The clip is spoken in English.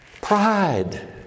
Pride